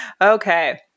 Okay